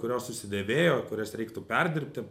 kurios susidėvėjo kurias reiktų perdirbti